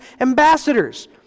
ambassadors